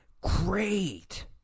great